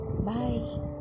Bye